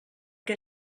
què